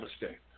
mistake